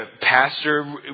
pastor